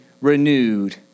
renewed